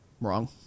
Wrong